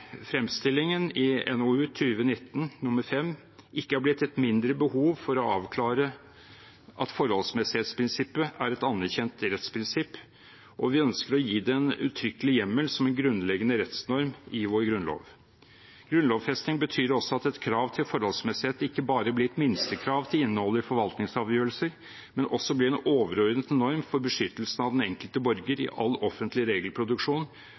fremstillingen i NOU 2019: 5 ikke har blitt et mindre behov for å avklare at forholdsmessighetsprinsippet er et anerkjent rettsprinsipp, og vi ønsker å gi det en uttrykkelig hjemmel, som en grunnleggende rettsnorm i vår grunnlov. Grunnlovfesting betyr også at et krav til forholdsmessighet ikke bare blir et minstekrav til innholdet i forvaltningsavgjørelser, men også en overordnet norm for beskyttelsen av den enkelte borger i all offentlig regelproduksjon